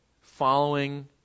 following